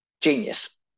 genius